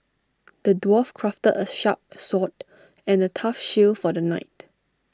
the dwarf crafted A sharp sword and A tough shield for the knight